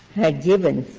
had given,